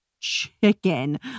chicken